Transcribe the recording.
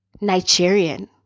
Nigerian